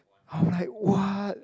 I'm like what